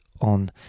on